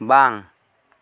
ᱵᱟᱝ